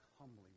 humbly